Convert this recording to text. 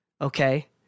okay